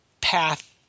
path